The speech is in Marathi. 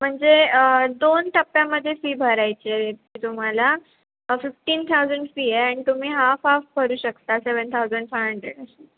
म्हणजे दोन टप्प्यामध्ये फी भरायची आहे तुम्हाला फिफ्टीन थाउजंड फी आहे आणि तुम्ही हाफ हाफ करू शकता सेवन थाउजंड फाय हंड्रेड अशी